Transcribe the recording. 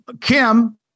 Kim